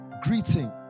greeting